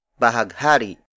Bahaghari